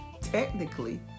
technically